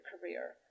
career